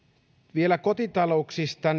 vielä kotitalouksista